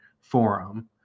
forum